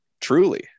truly